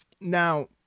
now